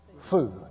food